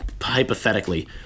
hypothetically